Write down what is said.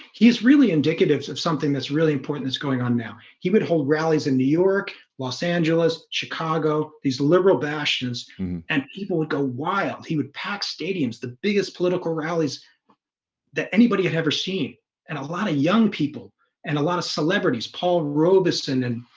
he's really indicative of something that's really important that's going on now he would hold rallies in new york los angeles. chicago these liberal bastions and people would go wild he would pack stadiums the biggest political rallies that anybody had ever seen and a lot of young people and a lot of celebrities paul robeson. and